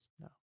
No